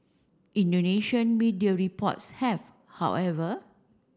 Indonesian media reports have however